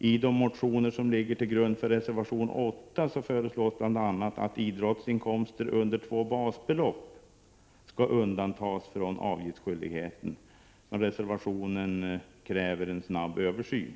I de motioner som ligger till grund för reservation 8 föreslås bl.a. att idrottsinkomster under två basbelopp skall undantas från avgiftsskyldighet. I reservationen krävs en snabb översyn.